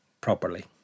properly